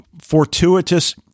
fortuitous